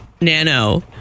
nano